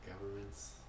governments